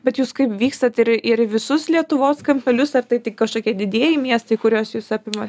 bet jūs kaip vykstat ir ir visus lietuvos kampelius ar tai tik kažkokie didieji miestai kurios jus apima